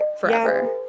forever